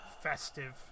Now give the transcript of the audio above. festive